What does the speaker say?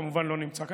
כמובן, לא נמצא כאן.